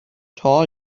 tall